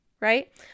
right